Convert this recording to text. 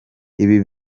ibi